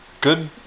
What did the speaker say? Good